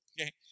Okay